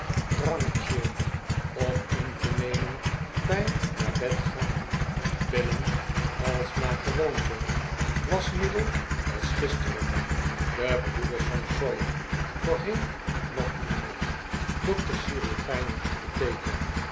drankje om in te nemen bij het naar bed gaan pillen als naar gewoonte waschmiddel als gisteren de poeders van sawyer voorheen nockemorf dokter chirurgijn en apotheker